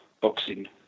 boxing